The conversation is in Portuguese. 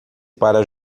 para